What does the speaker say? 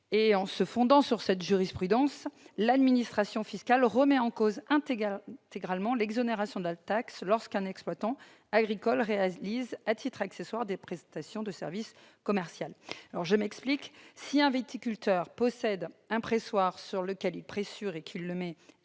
En se fondant sur cette jurisprudence, l'administration fiscale remet en cause intégralement l'exonération de taxe lorsqu'un exploitant agricole réalise à titre accessoire des prestations de service commerciales. Ainsi, si un viticulteur possède un pressoir sur lequel il pressure et qu'il le met